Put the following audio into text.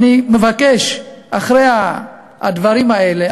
אחרי הדברים האלה,